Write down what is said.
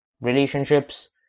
relationships